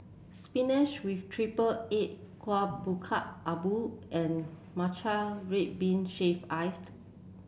spinach with triple egg Kuih Bingka Ubi and Matcha Red Bean Shaved Ice